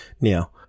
Now